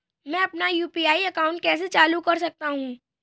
मैं अपना UPI account कैसे चालू कर सकता हूँ?